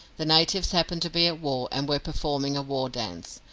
the natives happened to be at war, and were performing a war dance.